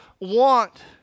want